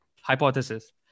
Hypothesis